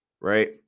right